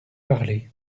parler